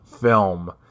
film